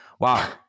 Wow